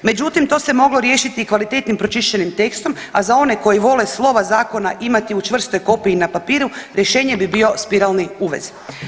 Međutim, to se moglo riješiti i kvalitetnim pročišćenim tekstom, a za one koji vole slova zakona imati u čvrstoj kopiji na papiru rješenje bi bio spiralni uvez.